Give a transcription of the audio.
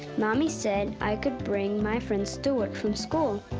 mommy said i could bring my friend stewart from school.